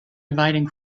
dividing